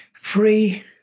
free